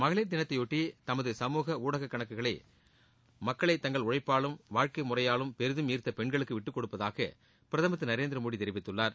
மகளிர் தினத்தையொட்டி தமது சமூக ஊடக கணக்குகளை மக்களை தங்கள் உழைப்பாலும் வாழ்க்கை முறையாலும் பெரிதும் ஈர்த்த பெண்களுக்கு விட்டுக் கொடுப்பதாக பிரதமர் திரு நரேந்திரமோடி தெரிவித்துள்ளார்